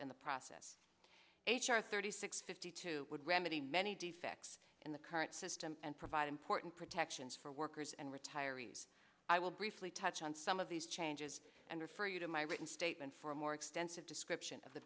in the process h r thirty six fifty two would remedy many defects in the current system and provide important protections for workers and retirees i will briefly touch on some of these changes and refer you to my written statement for a more extensive description of the